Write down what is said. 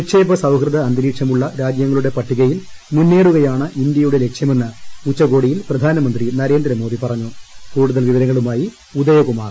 നിക്ഷേപസൌഹൃദ അന്തരീക്ഷമുള്ള രാജ്യങ്ങളുടെ പട്ടികയിൽ മുന്നേറുകയാണ് ഇന്ത്യയുടെ ലക്ക്ഷ്യുട്ടിമെന്ന് ഉച്ചകോടിയിൽ പ്രധാനമന്ത്രി നരേന്ദ്രമോദി പറഞ്ഞുപ്പു കൂടുതൽ വിവരങ്ങളുമായി ഉദയ്ക്ടുമാർ